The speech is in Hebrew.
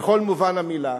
במלוא מובן המלה,